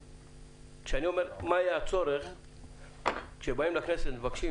כשאני אומר: מה היה הצורך - כשבאים לכנסת ומבקשים